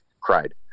cried